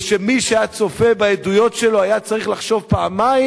ושמי שהיה צופה בעדויות שלו היה צריך לחשוב פעמיים